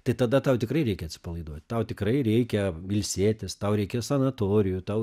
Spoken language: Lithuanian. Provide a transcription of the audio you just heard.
tai tada tau tikrai reikia atsipalaiduot tau tikrai reikia ilsėtis tau reikia sanatorijų tau